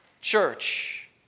Church